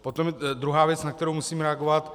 Potom druhá věc, na kterou musím reagovat.